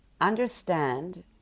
Understand